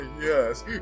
yes